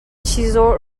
chizawh